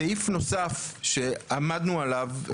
סעיף נוסף שעמדנו עליו,